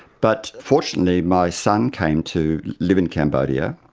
but fortunately my son came to live in cambodia,